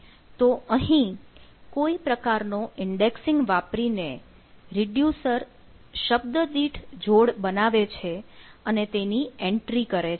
તો અહીં કોઈ પ્રકારનો ઈન્ડેક્સિંગ વાપરીને રીડ્યુસર શબ્દ દીઠ જોડ બનાવે છે અને તેની એન્ટ્રી કરે છે